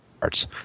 parts